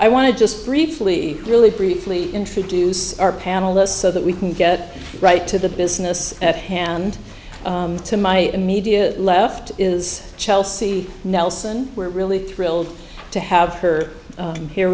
i want to just briefly really briefly introduce our panelists so that we can get right to the business at hand to my immediate left is chelsea nelson we're really thrilled to have her here